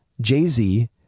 Jay-Z